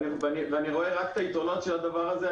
אני רואה רק את היתרונות של הדבר הזה,